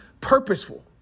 purposeful